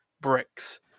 bricks